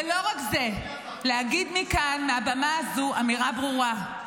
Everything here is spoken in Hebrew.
ולא רק זה, להגיד מכאן, מהבמה הזו, אמירה ברורה: